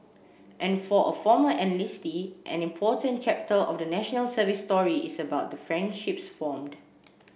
and for a former enlistee an important chapter of the National Service story is about the friendships formed